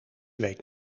weet